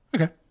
Okay